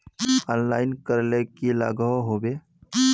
Online करले की लागोहो होबे?